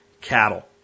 cattle